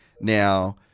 Now